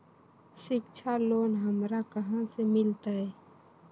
शिक्षा लोन हमरा कहाँ से मिलतै?